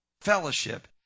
fellowship